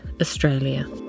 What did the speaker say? Australia